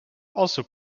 also